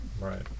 Right